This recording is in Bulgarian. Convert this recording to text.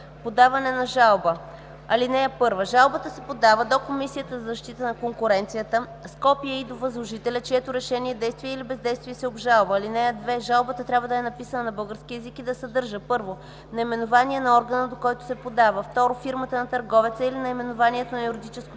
„Подаване на жалба Чл. 199. (1) Жалбата се подава до Комисията за защита на конкуренцията с копие и до възложителя, чието решение, действие или бездействие се обжалва. (2) Жалбата трябва да е написана на български език и да съдържа: 1. наименование на органа, до който се подава; 2. фирмата на търговеца или наименованието на юридическото